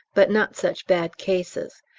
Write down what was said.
but not such bad cases,